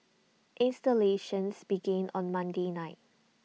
installations begin on Monday night